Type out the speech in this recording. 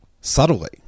subtly